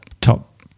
top